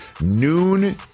Noon